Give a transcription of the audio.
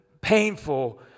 painful